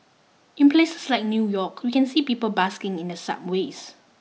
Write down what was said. in places like New York we can see people busking in the subways